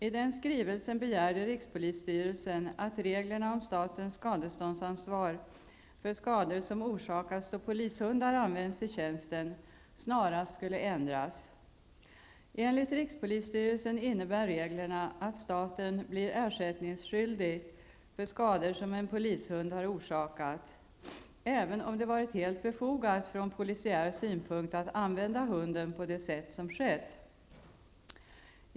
I den skrivelsen begärde rikspolisstyrelsen att reglerna om statens skadeståndsansvar för skador som orsakas då polishundar används i tjänsten snarast skulle ändras. Enligt rikspolisstyrelsen innebär reglerna att staten blir ersättningskyldig för skador som en polishund har orsakat, även om det varit helt befogat från polisiär synpunkt att använda hunden på det sätt som skett.